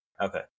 Okay